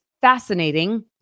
fascinating